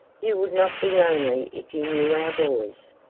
you would not be lonely if you knew our boys.